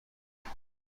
بود